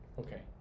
Okay